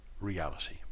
reality